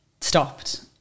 stopped